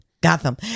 Gotham